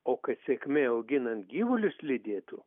o kad sėkmė auginant gyvulius lydėtų